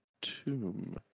tomb